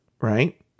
right